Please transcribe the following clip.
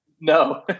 no